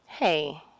Hey